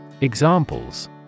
Examples